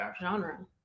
genre